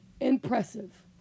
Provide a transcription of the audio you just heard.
impressive